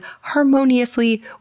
harmoniously